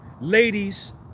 ladies